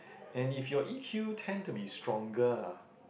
and if you E_Q tend to be stronger ah